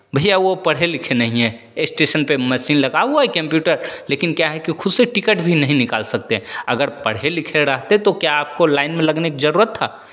भैया वो पढ़े लिखे नहीं है स्टेशन पे मशीन लगा हुआ कम्प्यूटर लेकिन क्या है कि खुद से टिकट भी नहीं निकाल सकते अगर पढ़े लिखे रहते तो क्या आपको लाइन में लगने का ज़रूरत था